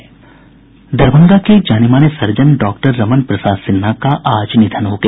दरभंगा के जाने माने सर्जन डॉक्टर रमन प्रसाद सिन्हा का आज निधन हो गया